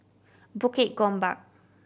Bukit Gombak